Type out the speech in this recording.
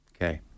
Okay